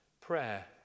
prayer